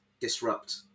disrupt